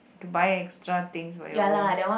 buy extra things for your home